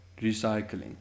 recycling